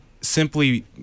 simply